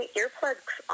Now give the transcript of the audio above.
earplugs